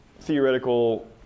theoretical